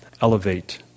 elevate